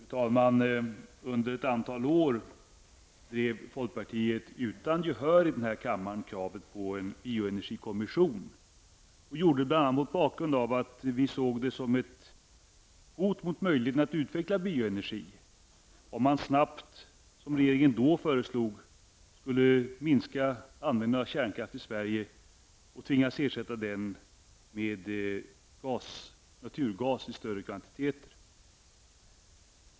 Fru talman! Under ett antal år drev folkpartiet utan gehör in i denna kammare kravet på en bioenergikommission. Det gjorde vi bl.a. mot bakgrund av att vi såg det som ett hot mot möjligheterna att utveckla bioenergi om man snabbt, som regeringen då föreslog, skulle minska användningen av kärnkraft i Sverige och tvingas ersätta den med naturgas i stora kvantiteter.